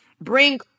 Bring